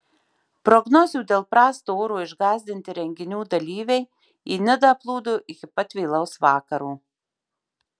prognozių dėl prasto oro išgąsdinti renginių dalyviai į nidą plūdo iki pat vėlaus vakaro